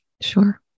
Sure